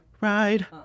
ride